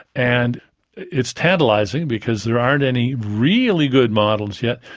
and it's tantalising, because there aren't any really good models yet,